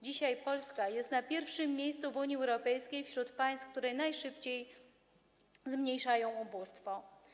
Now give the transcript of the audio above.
Dzisiaj Polska jest na pierwszym miejscu w Unii Europejskiej wśród państw, które najszybciej zmniejszają ubóstwo.